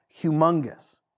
humongous